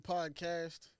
Podcast